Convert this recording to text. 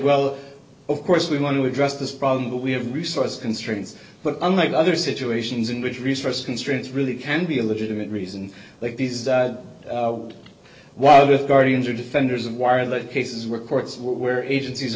well of course we want to address this problem but we have resource constraints but unlike other situations in which resource constraints really can be a legitimate reason like these while the guardians are defenders of wire the cases where courts were agencies